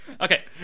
Okay